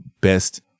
best